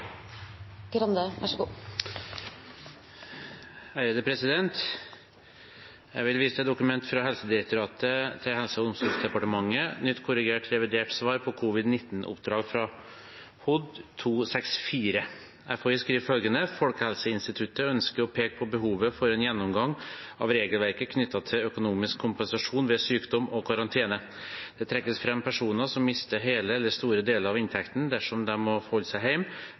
til dokument fra Helsedirektoratet til Helse- og omsorgsdepartementet, «Nytt korrigert revidert svar på covid-19-oppdrag fra HOD 264». FHI skriver følgende: «Folkehelseinstituttet ønsker å peke på behovet for en gjennomgang av regelverket knyttet til økonomisk kompensasjon ved sykdom og karantene.» Det trekkes frem personer som mister hele eller store deler av inntekten dersom de må holde seg